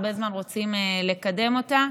הרבה זמן רוצים לקדם אותה.